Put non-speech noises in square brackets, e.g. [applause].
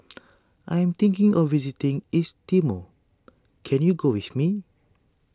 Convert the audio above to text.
[noise] I am thinking of visiting East Timor can you go with me